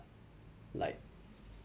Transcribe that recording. like